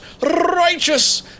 righteous